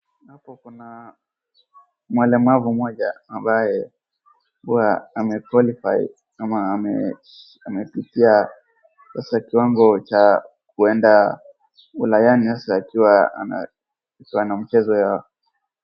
Hapo kuna mwalemavu mmoja ambaye huwa ame qualify ama amefikia sasa kiwango cha kuenda Ulayani hasa akiwa na mchezo ya